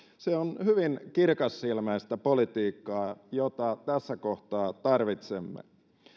se on hyvin kirkassilmäistä politiikkaa jota tässä kohtaa tarvitsemme